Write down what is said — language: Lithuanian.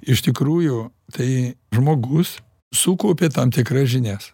iš tikrųjų tai žmogus sukaupė tam tikras žinias